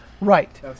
right